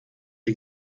die